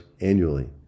annually